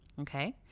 okay